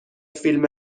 فیلم